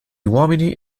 uomini